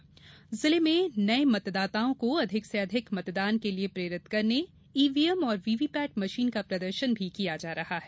वहीं जिले में नये मतदाताओं को अधिक से अधिक मतदान के लिये प्रेरित करने ईवीएम और वीवीपेट मशीन का प्रदर्शन किया जा रहा है